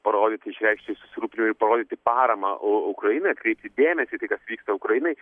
parodyti išreikšti susirūpinimą ir parodyti paramą u ukrainai atkreipti dėmesį į tai kas vyksta ukrainai